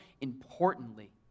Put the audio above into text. importantly